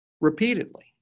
repeatedly